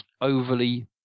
overly